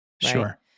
Sure